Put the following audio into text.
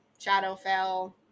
Shadowfell